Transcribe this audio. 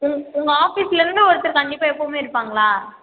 உங் உங்கள் ஆஃபீஸ்லேருந்து ஒருத்தர் கண்டிப்பாக எப்பவுமே இருப்பாங்களா